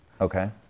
Okay